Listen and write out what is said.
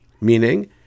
meaning